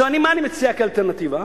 מה אני מציע כאלטרנטיבה?